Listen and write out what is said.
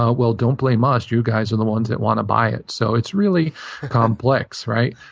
ah well, don't blame us. you guys are the ones that want to buy it. so it's really complex. right?